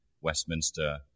Westminster